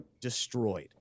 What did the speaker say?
destroyed